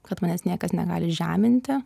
kad manęs niekas negali žeminti